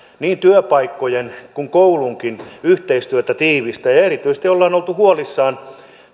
niin työpaikkojen kuin koulunkin yhteistyötä tiivistää erityisesti on oltu huolissaan